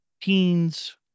teens